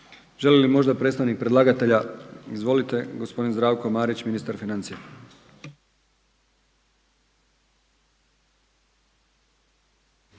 Želi li možda predstavnik predlagatelja? Izvolite, gospodin Zdravko Marić, ministar financija.